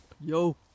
Yo